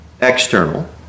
external